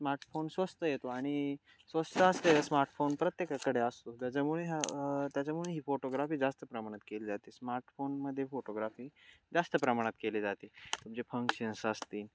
smartphone स्वस्त येतो आणि स्वस्त असते स्मार्टफोन प्रत्येकाकडे असतो त्याच्यामुळे ह्या त्याच्यामुळे ही फोटोग्राफी जास्त प्रमाणात केली जाते स्मार्टफोनमध्ये फोटोग्राफी जास्त प्रमाणात केली जाते तुमचे फंक्शन्स असतील